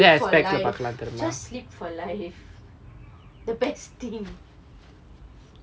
sleep for life just sleep for life the best thing